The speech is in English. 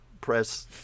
press